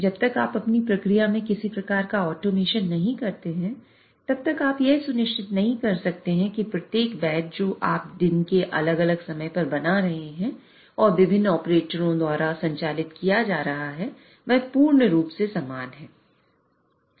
जब तक आप अपनी प्रक्रिया में किसी प्रकार का ऑटोमेशन नहीं करते हैं तब तक आप यह सुनिश्चित नहीं कर सकते कि प्रत्येक बैच जो आप दिन के अलग अलग समय पर बना रहे हैं और विभिन्न ऑपरेटरों द्वारा संचालित किया जा रहे है वह पूर्ण रूप से समान है